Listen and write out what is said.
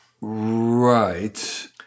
Right